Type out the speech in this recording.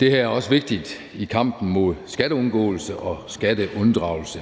Det her er også vigtigt i kampen mod skatteundgåelse og skatteunddragelse.